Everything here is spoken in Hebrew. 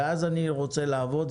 ואז אני רוצה לעבוד,